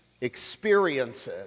Experiences